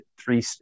three